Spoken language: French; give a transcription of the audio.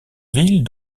villes